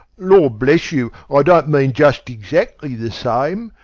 lord bless you, i don't mean just exactly the same.